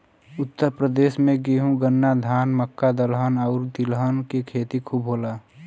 उत्तर प्रदेश में गेंहू, गन्ना, धान, मक्का, दलहन आउर तिलहन के खेती खूब होला